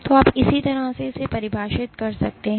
तो आप इसी तरह इसे परिभाषित कर सकते हैं